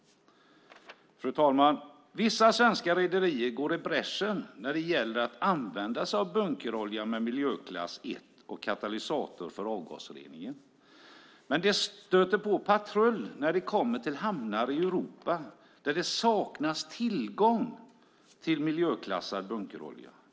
Fru talman! Vissa svenska rederier går i bräschen när det gäller att använda sig av bunkerolja med miljöklass 1 och katalysator för avgasreningen. Men de stöter på patrull när de kommer till hamnar i Europa där det saknas tillgång till miljöklassad bunkerolja.